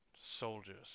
soldiers